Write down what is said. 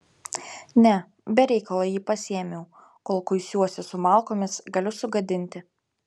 ne be reikalo jį pasiėmiau kol kuisiuosi su malkomis galiu sugadinti